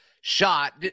shot